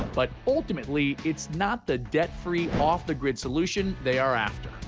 but ultimately, it's not the debt-free off-the-grid solution they are after.